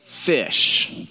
fish